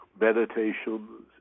meditations